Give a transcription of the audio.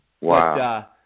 Wow